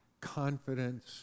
confidence